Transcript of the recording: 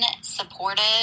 supportive